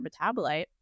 metabolite